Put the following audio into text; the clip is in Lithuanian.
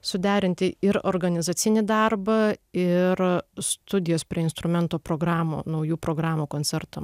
suderinti ir organizacinį darbą ir studijas prie instrumento programų naujų programų koncertam